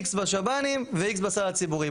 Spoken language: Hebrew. X בשב"נים ו-X בסל הציבורי,